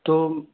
तो